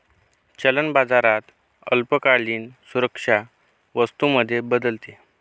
चलन बाजारात अल्पकालीन सुरक्षा वस्तू मध्ये बदलते